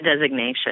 designation